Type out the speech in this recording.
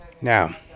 Now